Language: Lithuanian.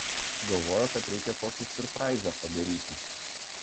sugalvojo kad reikia kokį siurpraizą padaryti